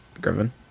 Griffin